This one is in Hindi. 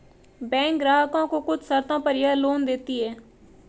बैकें ग्राहकों को कुछ शर्तों पर यह लोन देतीं हैं